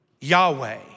Yahweh